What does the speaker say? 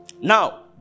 Now